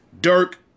Dirk